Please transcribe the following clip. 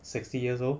sixty years old